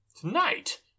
To-night